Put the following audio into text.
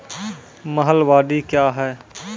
महलबाडी क्या हैं?